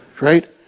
right